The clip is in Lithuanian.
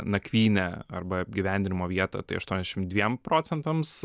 nakvynę arba apgyvendinimo vietą tai aštuoniasdešim dviem procentams